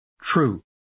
true